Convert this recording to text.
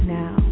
now